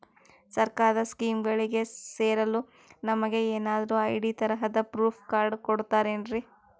ಸರ್ಕಾರದ ಸ್ಕೀಮ್ಗಳಿಗೆ ಸೇರಲು ನಮಗೆ ಏನಾದ್ರು ಐ.ಡಿ ತರಹದ ಪ್ರೂಫ್ ಕಾರ್ಡ್ ಕೊಡುತ್ತಾರೆನ್ರಿ?